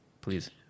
please